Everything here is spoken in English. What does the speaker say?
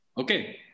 Okay